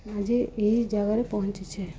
ଆଜି ଏହି ଜାଗାରେ ପହଞ୍ଚିଛେ